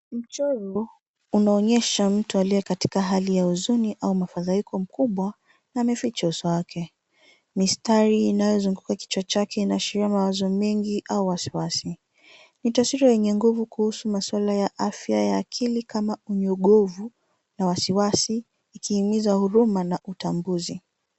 Mchoro unaonyesha mtu aliye katika hali ya huzuni au mafadhaiko mkubwa na ameficha uso wake. Mistari inayozunguka kichwa chake inaashiria mawazo mengi au wasiwasi. Ni taswira yenye nguvu kuhusu masuala ya afya ya akili kama unyogovu na wasiwasi ikihimiza huruma na utambuzi.